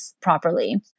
properly